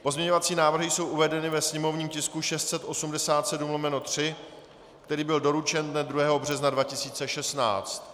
Pozměňovací návrhy jsou uvedeny ve sněmovním tisku 687/3, který byl doručen dne 2. března 2016.